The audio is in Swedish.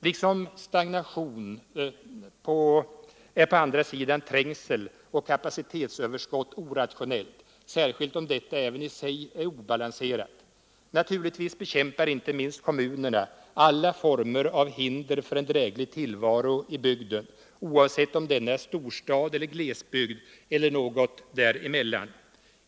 Liksom stagnation är på andra sidan trängsel och kapacitetsöverskott någonting orationellt, särskilt om detta överskott även i sig är obalanserat. Naturligtvis bekämpar inte minst kommunerna alla former av hinder för en dräglig tillvaro i bygden, oavsett om denna är storstad eller glesbygd eller något däremellan.